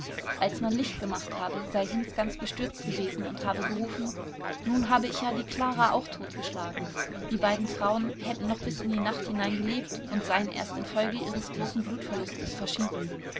als man licht gemacht habe sei hinz ganz bestürzt gewesen und habe gerufen nun habe ich ja die klara auch totgeschlagen die beiden frauen hätten noch bis in die nacht hinein gelebt und seien erst infolge ihres großen blutverlustes verschieden